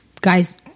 guys